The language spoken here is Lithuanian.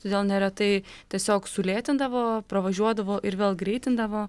todėl neretai tiesiog sulėtindavo pravažiuodavo ir vėl greitindavo